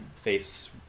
face